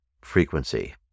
frequency